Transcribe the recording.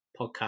podcast